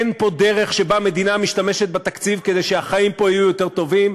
אין פה דרך שבה מדינה משתמשת בתקציב כדי שהחיים פה יהיו יותר טובים.